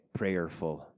prayerful